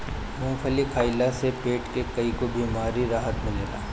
मूंगफली खइला से पेट के कईगो बेमारी से राहत मिलेला